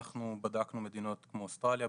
אנחנו בדקנו מדינות כמו אוסטרליה,